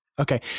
Okay